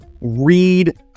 read